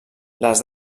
les